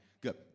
good